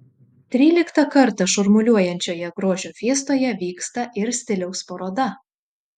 tryliktą kartą šurmuliuojančioje grožio fiestoje vyksta ir stiliaus paroda